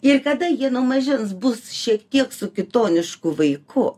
ir kada jie nuo mažens bus šiek tiek su kitonišku vaiku